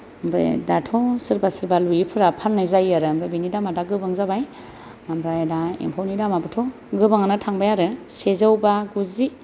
ओमफ्राय दाथ' सोरबा सोरबा लुयिफोरा फाननाय जायो आरो ओमफ्राय बेनि दामा दा गोबां जाबाय ओमफ्राय दा एम्फौनि दामाबोथ' गोबांआनो थांबाय आरो सेजौ बा गुजि